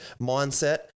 mindset